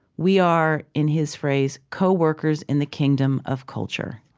we are, in his phrase, coworkers in the kingdom of culture.